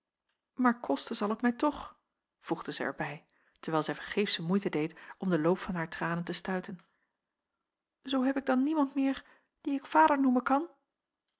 maar kosten zal het mij toch voegde zij er bij terwijl zij vergeefsche moeite deed om den loop van haar tranen te stuiten zoo heb ik dan niemand meer dien ik vader noemen kan